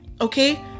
okay